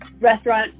restaurant